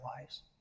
lives